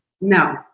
No